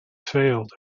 failed